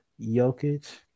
Jokic